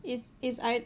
is is I